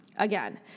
Again